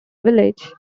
village